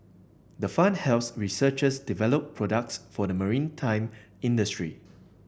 the fund helps researchers develop products for the maritime industry